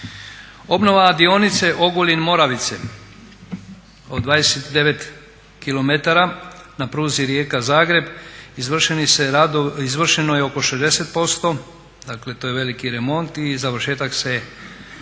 Obnova dionice Ogulin-MOravice od 29km na pruzi Rijeka-Zagreb izvršeno je oko 60% dakle to je veliki remont i završetak se